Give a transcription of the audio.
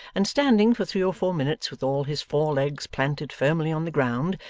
and standing for three or four minutes with all his four legs planted firmly on the ground,